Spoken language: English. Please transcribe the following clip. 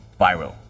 viral